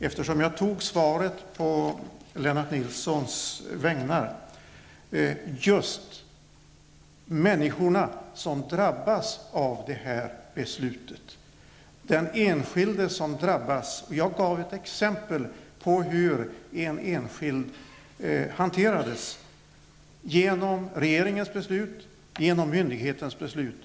Eftersom jag tog emot svaret på Lennart Nilssons vägnar har det för mig handlat om just människorna som drabbats av beslutet. Jag gav ett exempel på hur en enskild hanterades genom regeringens beslut och myndighetens beslut.